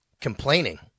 complaining